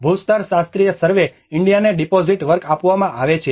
ભૂસ્તરશાસ્ત્રીય survey ઈન્ડિયાને deposit work આપવામાં આવે છે